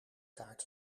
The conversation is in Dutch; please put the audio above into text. kaart